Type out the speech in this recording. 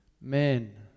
Men